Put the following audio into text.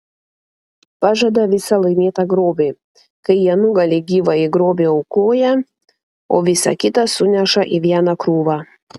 pažada visą laimėtą grobį kai jie nugali gyvąjį grobį aukoja o visa kita suneša į vieną krūvą